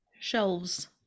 Shelves